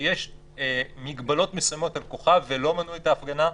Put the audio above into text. שיש מגבלות מסוימות על כוחה ולא מנעו את ההפגנה,